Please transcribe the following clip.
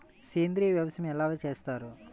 సేంద్రీయ వ్యవసాయం ఎలా చేస్తారు?